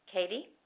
Katie